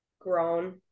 grown